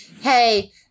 hey